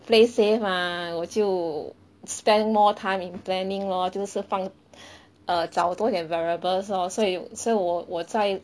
play safe mah 我就 spent more time in planning lor 就是放 err 找多一点 variables lor 所以所以我我在